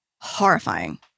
Horrifying